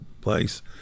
place